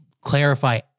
clarify